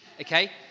Okay